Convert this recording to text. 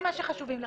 הם אלה שחשובים לכם,